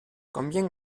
combien